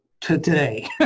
today